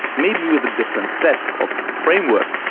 maybe with a different set of framework.